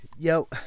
Yo